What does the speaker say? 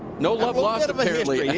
no love lost.